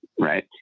right